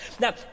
Now